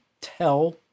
tell